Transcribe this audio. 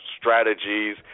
strategies